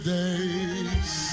days